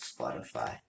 Spotify